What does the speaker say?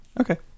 Okay